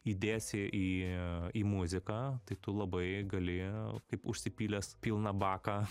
įdėsi į į muziką tai tu labai gali kaip užsipylęs pilną baką